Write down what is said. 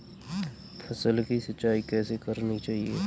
फसल की सिंचाई कैसे करनी चाहिए?